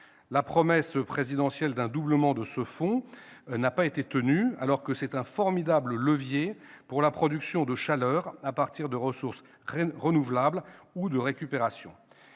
La promesse présidentielle d'un doublement de ce fonds n'a pas été tenue, alors qu'il s'agit d'un formidable levier pour la production de chaleur à partir de ressources renouvelables ou de récupération.